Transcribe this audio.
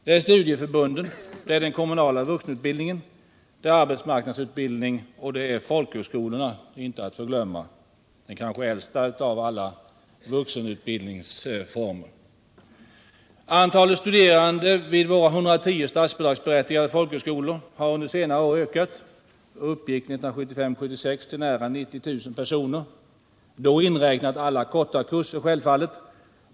Det gäller studieförbunden, den kommunala vuxenutbildningen, arbetsmarknadsutbildningen och — inte att förglömma — folkhögskolorna, den kanske äldsta av alla vuxenutbildningsformer. Antalet studerande vid våra 110 statsbidragsberättigade folkhögskolor har under senare år ökat och uppgick 1975/76 till nära 90 000 personer. Då är naturligtvis alla korta kurser inräknade.